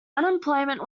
unemployment